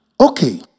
Okay